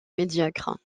médiocre